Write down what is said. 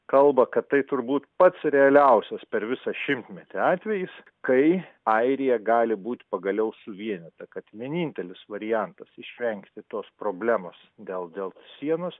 kalba kad tai turbūt pats realiausias per visą šimtmetį atvejis kai airija gali būt pagaliau suvienyta kad vienintelis variantas išvengti tos problemos dėl dėl sienos